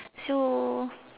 so